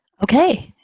okay.